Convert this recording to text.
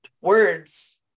words